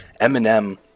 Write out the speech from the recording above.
eminem